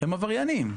הם עבריינים.